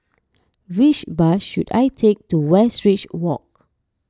which bus should I take to Westridge Walk